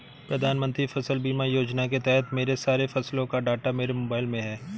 प्रधानमंत्री फसल बीमा योजना के तहत मेरे सारे फसलों का डाटा मेरे मोबाइल में है